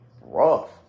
rough